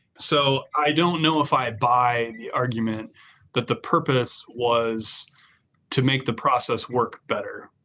so i don't know if i buy the argument that the purpose was to make the process work better,